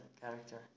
character